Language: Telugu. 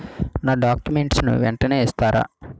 నా డాక్యుమెంట్స్ వెంటనే ఇస్తారా?